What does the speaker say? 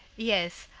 yes,